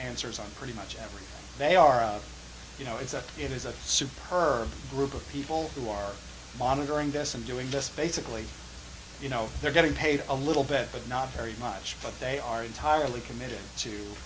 answers on pretty much every they are you know it's a it is a superb group of people who are monitoring this and doing this basically you know they're getting paid a little bit but not very much but they are entirely committed to